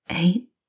eight